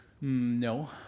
No